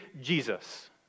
jesus